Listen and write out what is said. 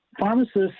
Pharmacists